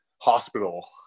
hospital